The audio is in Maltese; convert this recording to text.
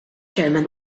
chairman